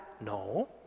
No